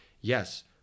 Yes